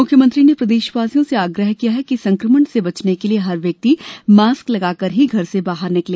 मुख्यमंत्री ने प्रदेशवासियों से आग्रह किया है कि संक्रमण से बचने के लिए हर व्यक्ति मास्क लगाकर ही घर से बाहर निकले